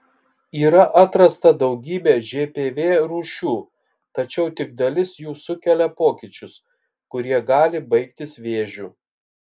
yra atrasta daugybė žpv rūšių tačiau tik dalis jų sukelia pokyčius kurie gali baigtis vėžiu